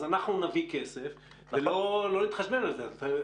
אז אנחנו נביא כסף ולא נתחשבן על זה.